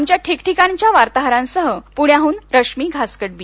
आमच्या ठिकठिकाणच्या वार्ताहरांसह पुण्याहून रश्मी घासकडबी